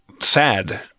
sad